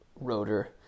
rotor